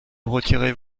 retirez